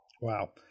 Wow